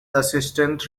assistant